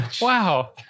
Wow